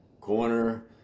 corner